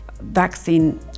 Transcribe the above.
vaccine